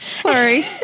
Sorry